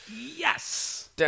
Yes